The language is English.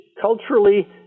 culturally